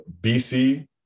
bc